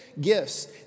gifts